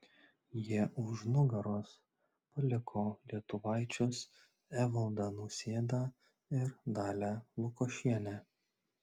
jie už nugaros paliko lietuvaičius evaldą nausėdą ir dalią lukošienę